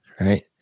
right